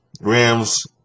Rams